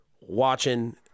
watching